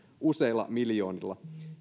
useilla miljoonilla